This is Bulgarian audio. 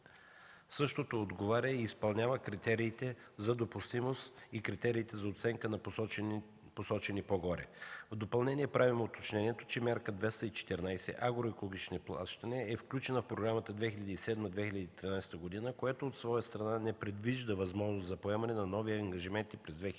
същото отговаря и изпълнява критериите за допустимост и критериите за оценка, посочени по-горе. В допълнение правим уточнението, че Мярка 214 – „Агроекологични плащания” е включена в програмата 2007-2013 г., което от своя страна не предвижда възможност за поемане на нови ангажименти през 2014 г.